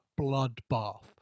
bloodbath